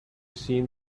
seen